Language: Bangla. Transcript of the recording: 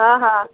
হ্যাঁ হ্যাঁ